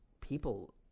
people